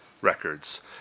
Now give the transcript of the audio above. records